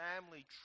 family